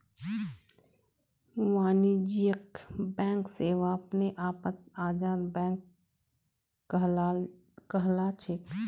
वाणिज्यिक बैंक सेवा अपने आपत आजाद बैंक कहलाछेक